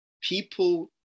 people